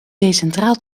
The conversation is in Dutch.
decentraal